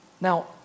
Now